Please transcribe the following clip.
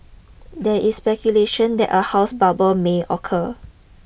there is speculation that a house bubble may occur